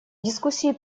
дискуссии